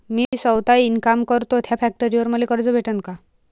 मी सौता इनकाम करतो थ्या फॅक्टरीवर मले कर्ज भेटन का?